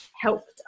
helped